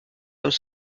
comme